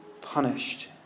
punished